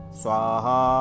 swaha